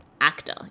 actor